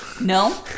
No